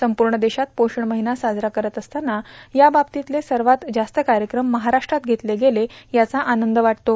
संपूण देशात पोषण र्माहना साजरा करौत असताना याबाबतीतले सवात जास्त कायक्रम महाराष्ट्रात घेतले गेले याचा आनंद वाटतो